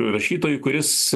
rašytoju kuris